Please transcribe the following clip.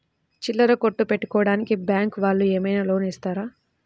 చిల్లర కొట్టు పెట్టుకోడానికి బ్యాంకు వాళ్ళు లోన్ ఏమైనా ఇస్తారా?